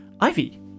Ivy